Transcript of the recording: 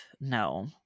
no